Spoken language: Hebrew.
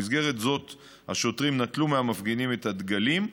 במסגרת זו השוטרים נטלו מהמפגינים את הדגלים,